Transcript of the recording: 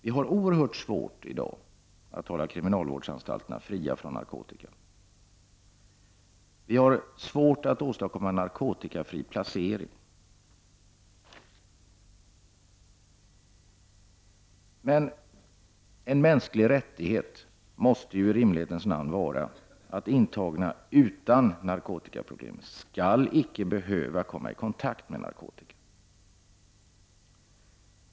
Vi har i dag oerhört svårt att hålla kriminalvårdsanstalterna fria från narkotika. Det är svårt att åstadkomma en narkotikafri placering. Men en mänsklig rättighet måste i rimlighetens namn vara att intagna utan narkotikaproblem icke skall behöva komma i kontakt med narkotika.